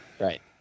right